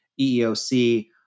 EEOC